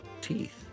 teeth